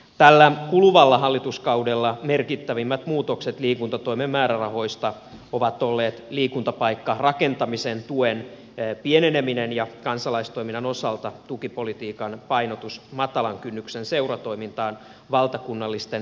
tällä kuluvalla hallituskaudella merkittävimmät muutokset liikuntatoimen määrärahoista ovat olleet liikuntapaikkarakentamisen tuen pieneneminen ja kansalaistoiminnan osalta tukipolitiikan painotus matalan kynnyksen seuratoimintaan valtakunnallisten liikuntajärjestöjen sijaan